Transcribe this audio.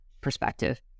perspective